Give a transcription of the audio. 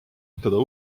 teda